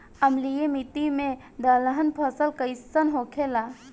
अम्लीय मिट्टी मे दलहन फसल कइसन होखेला?